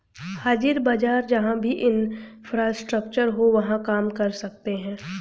हाजिर बाजार जहां भी इंफ्रास्ट्रक्चर हो वहां काम कर सकते हैं